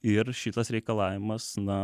ir šitas reikalavimas na